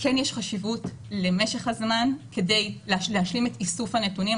יש חשיבות למשך הזמן כדי להשלים את איסוף הנתונים.